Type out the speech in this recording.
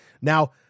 Now